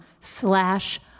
slash